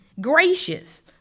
gracious